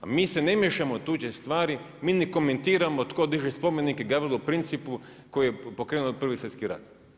A mi se ne miješamo u tuđe stvari, mi ne komentiramo tko diže spomenik Gavrilu Principu koji je pokrenuo Prvi svjetski rat.